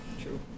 True